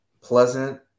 pleasant